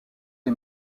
est